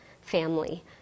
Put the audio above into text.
family